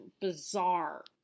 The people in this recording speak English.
bizarre